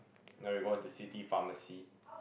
then reward to city pharmacy